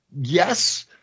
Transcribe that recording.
Yes